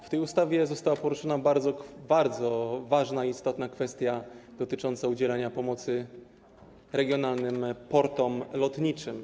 W tej ustawie została poruszona bardzo ważna i istotna kwestia dotycząca udzielania pomocy regionalnym portom lotniczym.